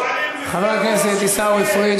חבר הכנסת עיסאווי פריג',